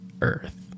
earth